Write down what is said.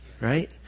right